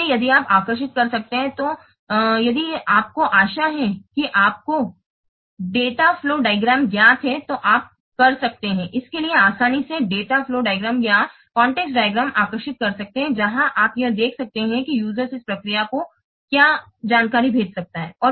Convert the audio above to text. इसलिए यदि आप आकर्षित कर सकते हैं यदि आपको आशा है कि आपको डेटा प्रवाह आरेख ज्ञात है तो आप कर सकते हैं इसके लिए आसानी से डेटा प्रवाह आरेख या संदर्भ आरेख आकर्षित करें जहां आप यह देख सकते हैंयूजरस इस प्रक्रिया को क्या जानकारी भेज सकता है